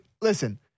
listen